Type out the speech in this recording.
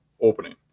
opening